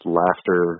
laughter